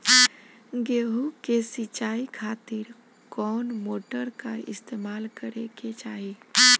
गेहूं के सिंचाई खातिर कौन मोटर का इस्तेमाल करे के चाहीं?